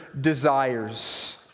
desires